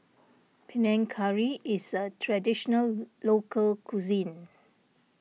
Panang Curry is a Traditional Local Cuisine